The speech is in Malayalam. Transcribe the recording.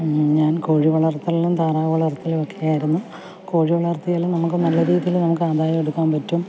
ഞാൻ കോഴി വളർത്തലിലും താറാവു വളർത്തലും ഒക്കെ ആയിരുന്നു കോഴി വളർത്തിയാൽ നമ്മക്ക് നല്ല രീതിയിൽ നമുക്ക് ആദായം എടുക്കാൻ പറ്റും